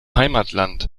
heimatland